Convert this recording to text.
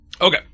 Okay